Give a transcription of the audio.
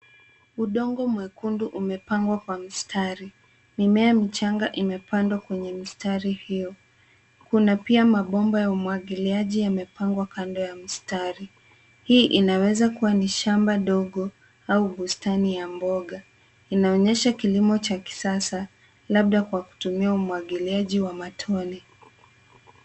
Udongo mwekundu umepangwa kwa mstari. Mimea michanga imepandwa kwenye mistari hiyo. Kuna pia mabomba ya umwangiliaji yamepangwa kando ya mistari. Hii inaweza kuwa ni shamba dogo au bustani ya mboga. Inaonyesha kilimo cha kisasa labda kwa kutumia umwangiliaji wa matone.